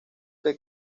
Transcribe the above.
que